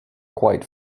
quite